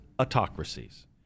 autocracies